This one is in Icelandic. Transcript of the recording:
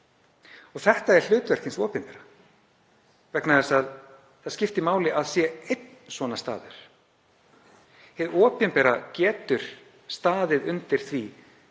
Þetta er hlutverk hins opinbera vegna þess að það skiptir máli að það sé einn svona staður. Hið opinbera getur staðið undir því